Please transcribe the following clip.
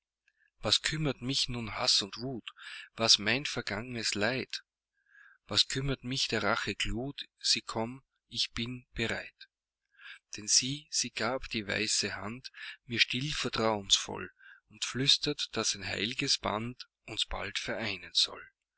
was kümmert mich nun haß und wut was mein vergang'nes leid was kümmert mich der rache glut sie komm ich bin bereit denn sie sie gab die weiße hand mir still vertrauensvoll und flüstert daß ein heil'ges band uns bald vereinen soll